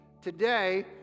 today